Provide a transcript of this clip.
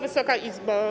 Wysoka Izbo!